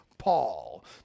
Paul